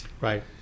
Right